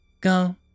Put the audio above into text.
Go